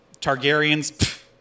Targaryens